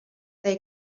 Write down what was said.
they